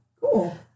Cool